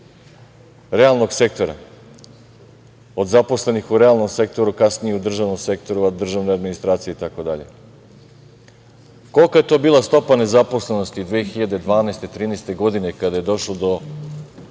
realnog sektora, od zaposlenih u realnom sektoru, kasnije u državnom sektoru, državne administracije, itd. Koliko je to bila stopa nezaposlenosti 2012, 2013. godine kada je došlo do